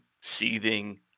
seething